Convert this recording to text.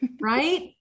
right